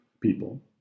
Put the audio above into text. people